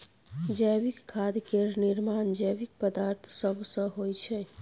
जैविक खाद केर निर्माण जैविक पदार्थ सब सँ होइ छै